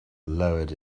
lowered